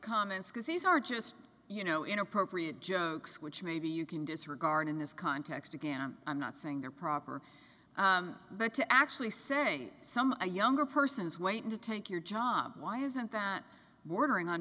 comments because these are just you know inappropriate jokes which maybe you can disregard in this context again i'm not saying they're proper but to actually saying some a younger person is waiting to take your job why isn't that bordering on